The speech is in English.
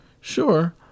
Sure